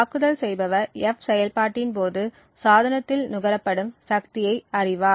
தாக்குதல் செய்பவர் F செயல்பாட்டின் போது சாதனத்தில் நுகரப்படும் சக்தியை அறிவார்